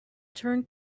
turned